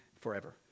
forever